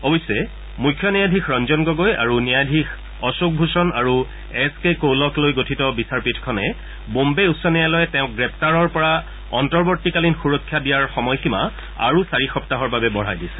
অৱশ্যে মুখ্য ন্যায়াধীশ ৰঞ্জন গগৈ আৰু ন্যায়াধীশ অশোক ভূষণ আৰু এছ কে কৌলক লৈ গঠিত বিচাৰপীঠখনে বোম্বে উচ্চ ন্যায়ালয়ে তেওঁক গ্ৰেপ্তাৰ পৰা অন্তৱৰ্তীকালীন সুৰক্ষা দিয়াৰ সময়সীমা আৰু চাৰি সপ্তাহৰ বাবে বঢ়াই দিছে